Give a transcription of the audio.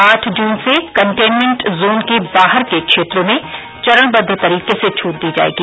आठ जून से कंटेनमेन्ट जोन के बाहर के क्षेत्रों में चरणबद्व तरीके से छूट दी जाएगी